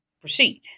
proceed